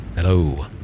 Hello